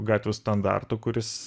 gatvių standartu kuris